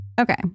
Okay